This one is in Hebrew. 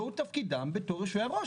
זה הוא תפקידם בתור יושבי-הראש,